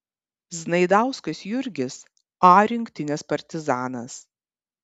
znaidauskas jurgis a rinktinės partizanas